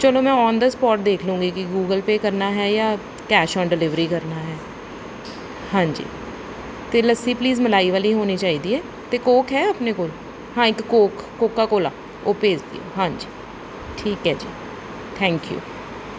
ਚਲੋ ਮੈਂ on the spot ਦੇਖਲਾਂਗੀ ਕਿ ਗੂਗਲ ਪੇਅ ਕਰਨਾ ਹੈ ਦਾਂ ਕੈਸ਼ ਔਨ ਡਿਲੀਵਰੀ ਕਰਨਾ ਹੈ ਹਾਂਜੀ ਅਤੇ ਲੱਸੀ ਪਲੀਜ਼ ਮਲਾਈ ਵਾਲੀ ਹੋਣੀ ਚਾਹੀਦੀ ਹੈ ਅਤੇ ਕੋਕ ਹੈ ਆਪਣੇ ਕੋਲ ਹਾਂ ਇੱਕ ਕੋਕ ਕੋਕਾ ਕੋਲਾ ਉਹ ਭੇਜ ਦਿਓ ਹਾਂਜੀ ਠੀਕ ਹੈ ਜੀ ਥੈਂਕ ਯੂ